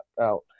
out